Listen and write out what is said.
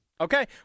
Okay